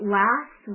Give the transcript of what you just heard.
last